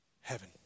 heaven